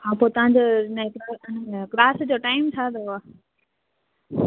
हा त तव्हांजो क्लास जो टाइम छा अथव